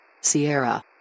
Sierra